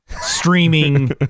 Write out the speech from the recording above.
streaming